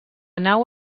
nau